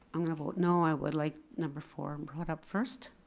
i'm gonna vote no, i would like number four and brought up first,